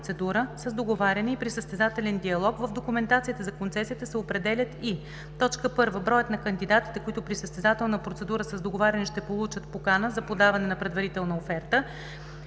състезателна процедура с договаряне и при състезателен диалог в документацията за концесията се определят и: 1. броят на кандидатите, които при състезателна процедура с договаряне ще получат покана за подаване на предварителна оферта,